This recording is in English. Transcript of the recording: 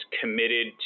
committed